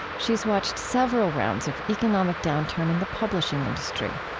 she's watched several rounds of economic downturn in the publishing industry